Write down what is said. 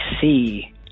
see